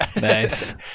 Nice